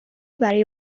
برای